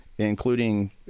including